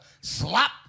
Slop